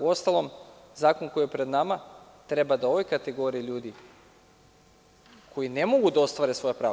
Uostalom, zakon koji je pred nama treba da ovoj kategoriji ljudi, koji ne mogu da ostvare svoja prava…